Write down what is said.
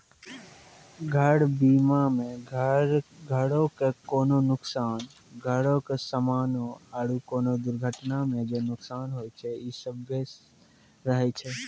घर बीमा मे घरो के कोनो नुकसान, घरो के समानो आरु कोनो दुर्घटना मे जे नुकसान होय छै इ सभ्भे रहै छै